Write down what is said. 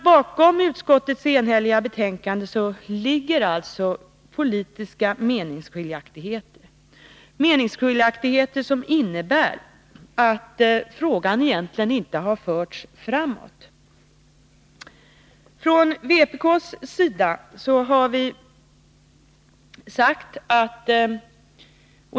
Bakom utskottets enhälliga betänkande ligger alltså politiska meningsskiljaktigheter, som innebär att frågan inte har förts framåt.